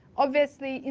obviously,